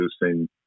producing